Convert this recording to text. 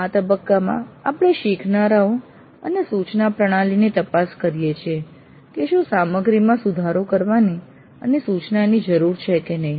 આ તબક્કામાં આપણે શીખનારાઓ અને સૂચના પ્રણાલીની તપાસ કરીએ છીએ કે શું સામગ્રીમાં સુધારો કરવાની અને સૂચનાની જરૂર છે કે નહીં